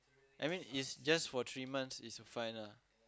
I mean it's just for three months it's fine ah